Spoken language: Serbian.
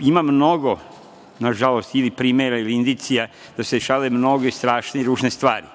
ima mnogo, nažalost, ili primera ili indicija da su se dešavale mnoge strašne i ružne stvari.